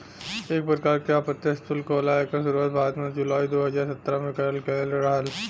एक परकार के अप्रत्यछ सुल्क होला एकर सुरुवात भारत में जुलाई दू हज़ार सत्रह में करल गयल रहल